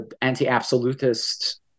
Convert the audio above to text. anti-absolutist